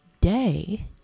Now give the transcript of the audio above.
day